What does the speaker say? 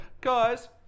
Guys